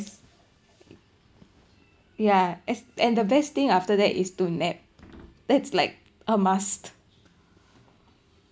yeah an~ and the best thing after that is to nap that's like a must